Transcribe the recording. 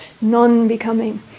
non-becoming